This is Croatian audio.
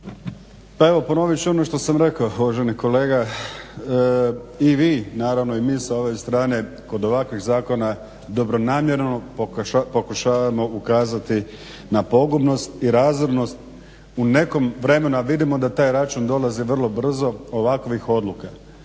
Pa evo ponovit ću ono što sam rekao uvaženi kolega i vi naravno i mi sa ove strane kod ovakvih zakona dobronamjerno pokušavamo ukazati na pogubnost i razornost u nekom vremenu, a vidimo da taj račun dolazi vrlo brzo ovakvih odluka.